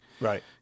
Right